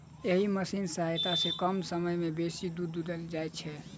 एहि मशीनक सहायता सॅ कम समय मे बेसी दूध दूहल जाइत छै